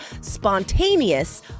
spontaneous